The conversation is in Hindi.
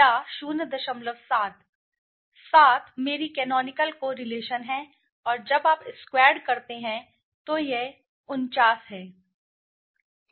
7 मेरी कैनोनिकल कोरिलेशन है और जब आप स्क्वैरड करते हैं यह 49 है